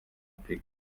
pictures